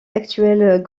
actuels